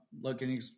looking